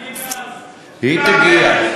היא תגיע.